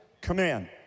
Command